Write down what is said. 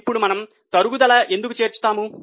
ఇప్పుడు మనం తరుగుదల ఎందుకు చేర్చుతాము